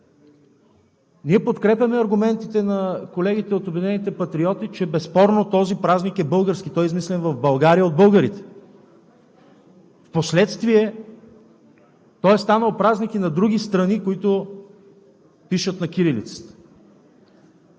Ние подкрепяме аргументите на колегите от „Обединени патриоти“, че безспорно този празник е български, той е измислен в България от българите. Впоследствие той е станал празник и на други страни, които пишат на кирилица.